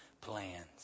plans